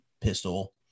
pistol